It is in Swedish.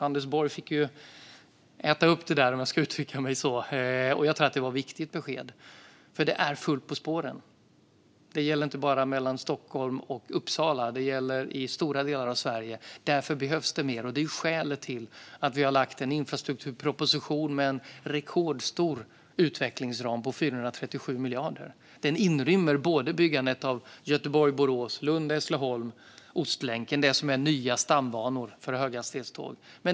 Anders Borg fick äta upp det där. Jag tror att beskedet var viktigt, för det är fullt på spåren. Det gäller inte bara mellan Stockholm och Uppsala, utan det gäller i stora delar av Sverige. Därför behövs mer, och det är skälet till att vi har lagt fram en infrastrukturproposition med en rekordstor utvecklingsram på 437 miljarder. Den inrymmer byggandet av linjerna Göteborg-Borås, Lund-Hässleholm och Ostlänken, det som utgör nya stambanor för höghastighetståg.